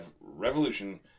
Revolution